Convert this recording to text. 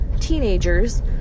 teenagers